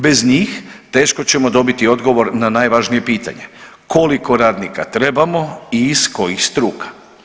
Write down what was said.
Bez njih teško ćemo dobiti odgovor na najvažnije pitanje, koliko radnika trebamo i iz kojih struka.